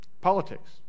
Politics